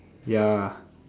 ya